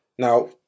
Now